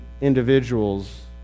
individuals